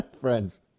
Friends